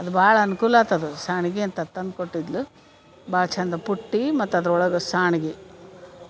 ಅದು ಭಾಳ ಅನುಕೂಲ ಆತದು ಸಾಣ್ಗಿಯಂತದು ತಂದು ಕೊಟ್ಟಿದ್ಲು ಭಾಳ ಚಂದ ಪುಟ್ಟಿ ಮತ್ತು ಅದ್ರೊಳಗ ಸಾಣಿಗಿ